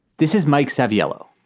this is mike savvy yellow,